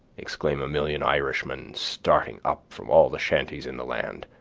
exclaim a million irishmen starting up from all the shanties in the land,